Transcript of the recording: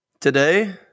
Today